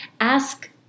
ask